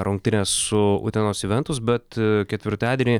rungtynes su utenos juventus bet ketvirtadienį